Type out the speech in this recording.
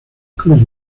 cruz